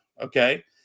Okay